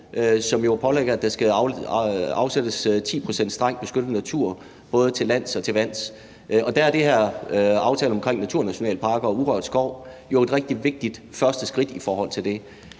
jo pålægger os, at der skal afsættes 10 pct. til strengt beskyttet natur både til lands og til vands. Dér er den her aftale om naturnationalparker og urørt skov jo et rigtig vigtigt første skridt. Men er